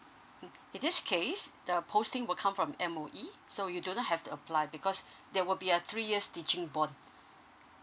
mm in this case the posting will come from M_O_E so you don't have to apply because there will be a three years teaching bond